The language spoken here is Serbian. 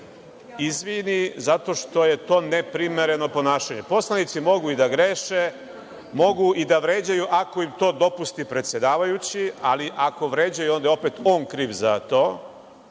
izvini zato što je to neprimereno ponašanje. Poslanici mogu i da greše, mogu i da vređaju ako im to dopusti predsedavajući, ali ako vređaju onda je opet on kriv za to,